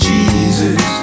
Jesus